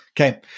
Okay